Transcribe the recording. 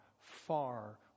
far